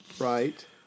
Right